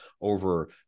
over